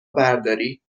برداری